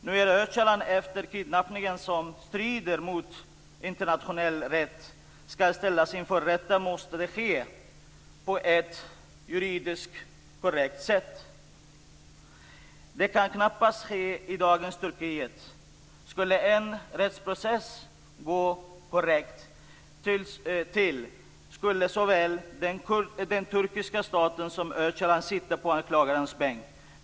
Nu när Öcalan, efter kidnappningen som strider mot internationell rätt, skall ställas inför rätta måste det ske på ett juridiskt korrekt sätt. Det kan knappast ske i dagens Turkiet. Skulle en rättsprocess gå korrekt till skulle såväl den turkiska staten som Öcalan sitta på de anklagades bänk.